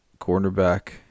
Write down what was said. cornerback